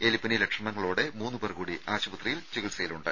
എലിപ്പനി ലക്ഷണങ്ങളോടെ മൂന്നുപേർ കൂടി ആശുപത്രിയിൽ ചികിത്സയിലുണ്ട്